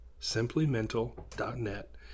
SimplyMental.net